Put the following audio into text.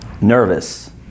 nervous